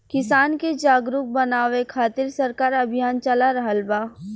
किसान के जागरुक बानवे खातिर सरकार अभियान चला रहल बा